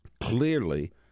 clearly